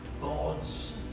God's